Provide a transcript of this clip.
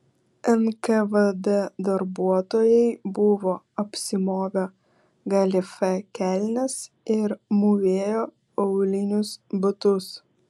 nkvd darbuotojai buvo apsimovę galifė kelnes ir mūvėjo aulinius batus